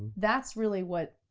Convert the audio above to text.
that's really what,